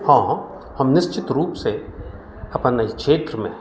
हॅं हम निश्चित रूपसे अपन क्षेत्रमे